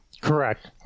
Correct